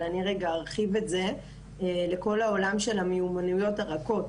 אבל אני רגע ארחיב את זה לכל העולם של המיומנויות הרכות,